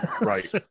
Right